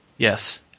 Yes